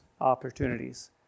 opportunities